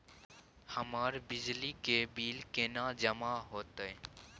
हमर बिजली के बिल केना जमा होते?